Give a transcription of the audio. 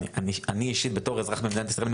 ואני אישית בתור אזרח מדינת ישראל,